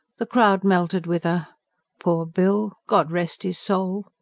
the crowd melted with a poor bill god rest his soul!